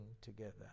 together